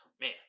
Man